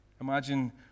imagine